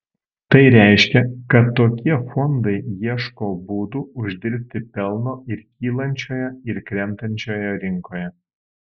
tai reiškia kad tokie fondai ieško būdų uždirbti pelno ir kylančioje ir krentančioje rinkoje